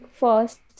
first